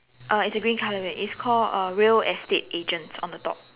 uh it's a green color building it's called uh real estate agent on the top